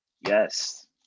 Yes